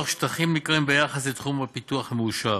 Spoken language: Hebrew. שטחים ניכרים ביחס לתחום הפיתוח המאושר,